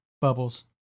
Bubbles